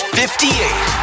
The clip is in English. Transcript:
58